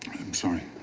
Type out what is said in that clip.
i'm sorry?